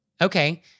Okay